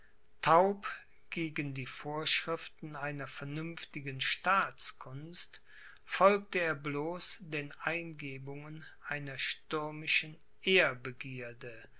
taub gegen die vorschriften einer vernünftigen staatskunst folgte er bloß den eingebungen einer stürmischen ehrbegierde